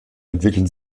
entwickeln